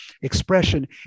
expression